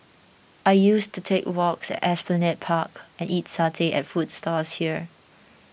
I used to take walks at Esplanade Park and eat satay at food stalls here